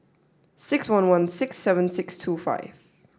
six one one six seven six two five